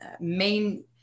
main